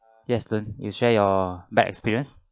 yes then you share your bad experience